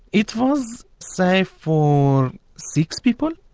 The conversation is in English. it was safe for six people.